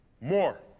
More